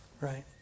right